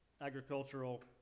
agricultural